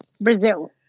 Brazil